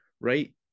right